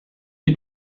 you